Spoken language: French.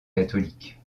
catholiques